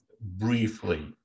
briefly